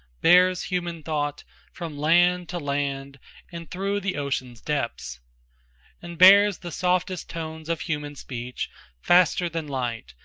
bears human thought from land to land and through the ocean's depths and bears the softest tones of human speech faster than light,